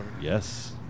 Yes